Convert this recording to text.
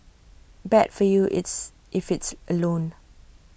bad for you it's if it's A loan